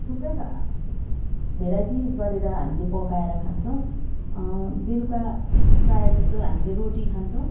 थुप्रै भेराइटी गरेर हामीले खान्छौँ बेलुका प्रायः जस्तो हामीले रोटी खान्छौँ